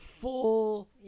full